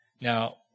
Now